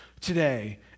today